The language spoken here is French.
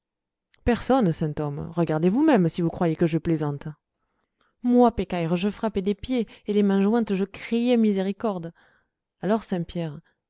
personne saint homme regardez vous-même si vous croyez que je plaisante moi pécaïre je frappais des pieds et les mains jointes je criais miséricorde alors